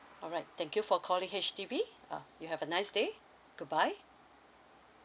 alright thank you for calling H_D_B ah you have a nice day goodbye